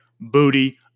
booty